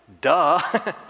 Duh